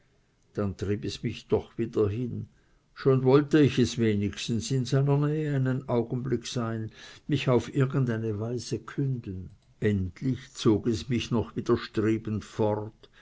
dann trieb es mich doch wieder hin sehen wollte ich es wenigstens in seiner nähe einen augenblick sein mich auf irgend eine weise künden endlich zog es mich noch widerstrebend fort